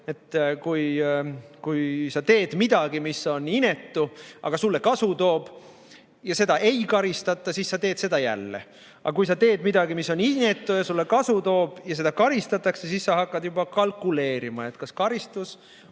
Kui sa teed midagi, mis on inetu, aga see toob sulle kasu ja seda ei karistata, siis sa teed seda jälle. Aga kui sa teed midagi, mis on inetu ja toob sulle kasu ja seda karistatakse, siis sa hakkad juba kalkuleerima, kas karistus